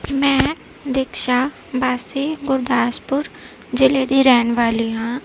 ਮੈਂ ਦਿਕਸ਼ਾ ਵਾਸੀ ਗੁਰਦਾਸਪੁਰ ਜਿਲ੍ਹੇ ਦੀ ਰਹਿਣ ਵਾਲੀ ਹਾਂ